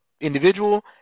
individual